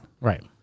Right